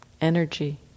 Energy